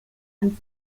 and